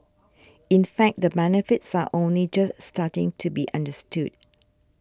in fact the benefits are only just starting to be understood